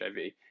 HIV